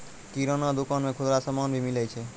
किराना दुकान मे खुदरा समान भी मिलै छै